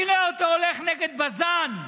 נראה אותו הולך נגד בז"ן,